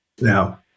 now